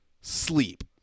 sleep